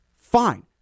fine